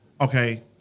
okay